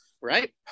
right